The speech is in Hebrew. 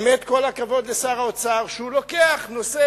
באמת כל הכבוד לשר האוצר שהוא לוקח נושא